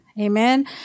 Amen